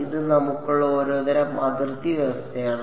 ഇത് നമുക്കുള്ള ഒരുതരം അതിർത്തി വ്യവസ്ഥയാണ്